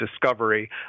discovery